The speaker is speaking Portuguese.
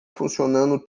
funcionando